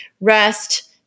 rest